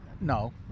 No